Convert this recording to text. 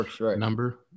number